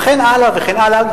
וכן הלאה וכן הלאה.